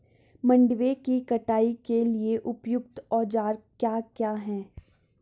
मंडवे की कटाई के लिए उपयुक्त औज़ार क्या क्या हैं?